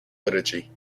liturgy